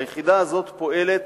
היחידה הזאת פועלת